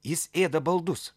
jis ėda baldus